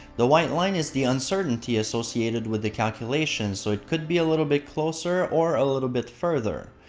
the white line is the uncertainty associated with the calculation so it could be a little bit closer or a little bit further.